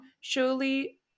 surely